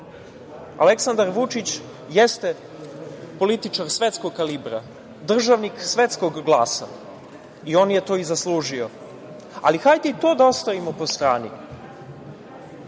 Aleksandar Vučić jeste političar svetskog kalibra, državnik svetskog glasa i on je to i zaslužio, ali hajde i to da ostavimo po strani,